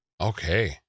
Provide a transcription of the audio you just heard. Okay